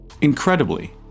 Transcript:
Incredibly